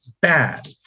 bad